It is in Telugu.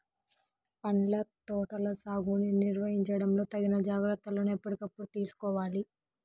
పండ్ల తోటల సాగుని నిర్వహించడంలో తగిన జాగ్రత్తలను ఎప్పటికప్పుడు తీసుకోవాలి